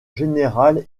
général